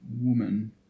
Woman